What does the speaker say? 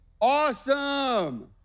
awesome